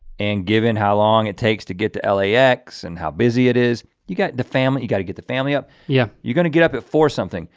and given how long it takes to get to lax and how busy it is. you got the family. you got to get the family up. yeah you got to get up at four something.